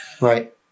right